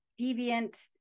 deviant